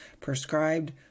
prescribed